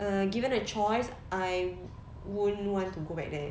err given a choice I won't want to go back there